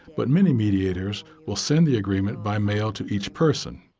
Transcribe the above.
but many mediators will send the agreement by mail to each person.